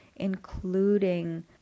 including